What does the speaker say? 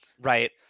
Right